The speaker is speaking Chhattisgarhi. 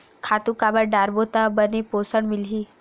खातु काबर डारबो त बने पोषण मिलही?